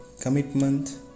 commitment